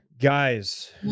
Guys